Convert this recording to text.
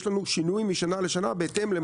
יש לנו שינוי משנה לשנה בהתאם למצב.